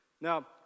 Now